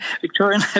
Victorian